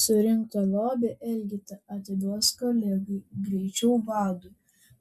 surinktą lobį elgeta atiduos kolegai greičiau vadui